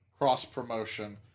Cross-promotion